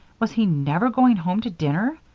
was he never going home to dinner?